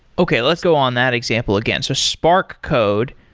okay. let's go on that example again. so spark code,